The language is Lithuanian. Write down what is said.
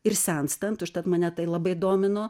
ir senstant užtat mane tai labai domino